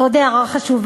עוד הערה חשובה